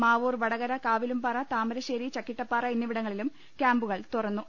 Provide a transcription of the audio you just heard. മാവൂർ വടകര കാവിലുംപാറ താമരശ്ശേരി ചക്കിട്ടപ്പാറ എന്നിവിടങ്ങ ളിലും കൃാമ്പുകൾ തുറന്നു